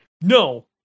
No